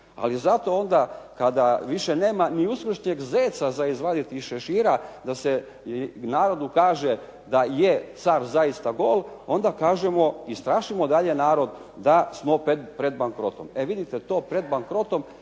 Ali zato onda kada više nema ni uskršnjeg zeca za izvaditi iz šešira da se narodu kaže da je car zaista gol, onda kažemo i strašimo dalje narod da smo pred bankrotom. E vidite, to pred bankrotom